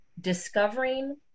discovering